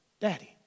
daddy